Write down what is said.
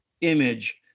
image